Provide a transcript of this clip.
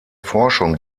forschung